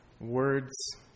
words